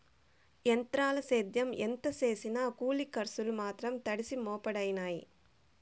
ఎంత్రాల సేద్యం ఎంత సేసినా కూలి కర్సులు మాత్రం తడిసి మోపుడయినాయి